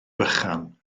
bychan